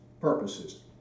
purposes